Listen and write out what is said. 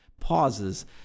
pauses